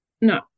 No